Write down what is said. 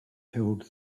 held